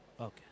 Okay